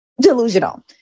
delusional